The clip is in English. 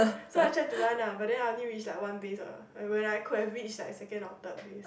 so I tried to run lah but then I only reach like one base lah when I could have reach like second or third base